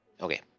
okay